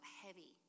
heavy